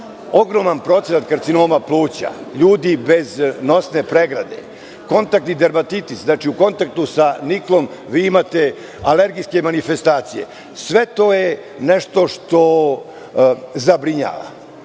Ogroman procenat karcinoma pluća, ljudi bez nosne pregrade, kontaktdermatitis, znači u kontaktu sa niklom vi imate alergijske manifestacije. Sve to je nešto što zabrinjava. Ja